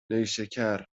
نیشکر